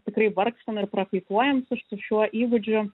tikrai vargstam ir prakaituojam ir su šiuo įgūdžiu